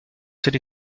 city